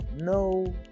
No